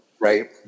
right